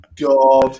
God